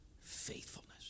faithfulness